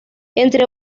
entre